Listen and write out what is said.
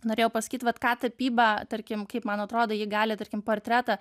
norėjau pasakyt vat ką tapyba tarkim kaip man atrodo ji gali tarkim portretą